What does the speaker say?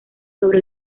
sobre